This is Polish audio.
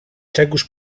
czegóż